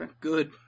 Good